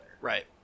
Right